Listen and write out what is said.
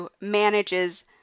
manages